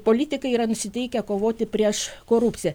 politikai yra nusiteikę kovoti prieš korupciją